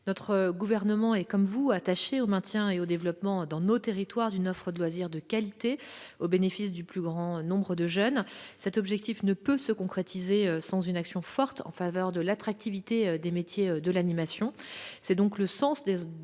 le Gouvernement est attaché au maintien et au développement dans nos territoires d'une offre de loisirs de qualité au bénéfice du plus grand nombre de jeunes. Cet objectif ne peut se concrétiser sans une action forte en faveur de l'attractivité des métiers de l'animation.